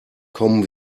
kommen